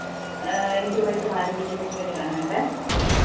എനിക്കൊരു വൈകിയിട്ട് നാലു മണിക്കത്തേക്ക് വേണ്ടിയിട്ടാണ് വേണ്ടത്